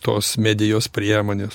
tos medijos priemones